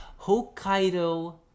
Hokkaido